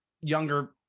younger